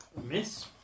miss